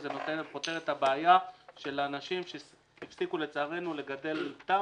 זה פותר את הבעיה של האנשים שהפסיקו לצערנו לגדל פטם,